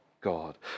God